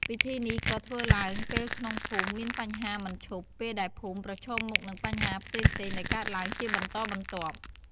ពិធីនេះក៏ធ្វើឡើង ពេលក្នុងភូមិមានបញ្ហាមិនឈប់ ពេលដែលភូមិប្រឈមមុខនឹងបញ្ហាផ្សេងៗដែលកើតឡើងជាបន្តបន្ទាប់។